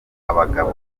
abagabo